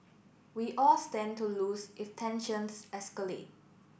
we all stand to lose if tensions escalate